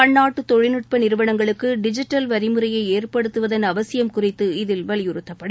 பன்னாட்டு தொழில்நுட்ப நிறுவனங்களுக்கு டிஜிட்டல் வரி முறையை ஏற்படுத்துவதன் அவசியம் குறித்து இதில் வலியுறுத்தப்படும்